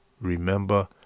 Remember